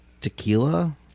tequila